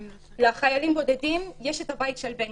אני אומרת שלחיילים הבודדים יש את הבית של בנג'י,